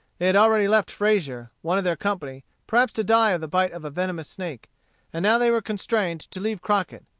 they had already left frazier, one of their company, perhaps to die of the bite of a venomous snake and now they were constrained to leave crockett,